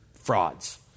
frauds